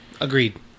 Agreed